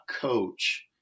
coach